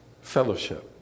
fellowship